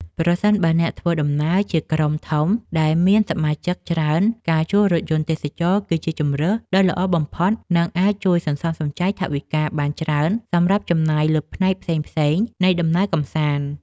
ប្រសិនបើអ្នកធ្វើដំណើរជាក្រុមធំដែលមានសមាជិកច្រើនការជួលរថយន្តទេសចរណ៍គឺជាជម្រើសដ៏ល្អបំផុត និង អាចជួយសន្សំសំចៃថវិកាបានច្រើនសម្រាប់ចំណាយលើផ្នែកផ្សេងៗនៃដំណើរកម្សាន្ត។